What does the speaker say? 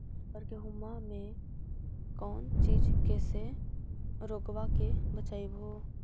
अबर गेहुमा मे कौन चीज के से रोग्बा के बचयभो?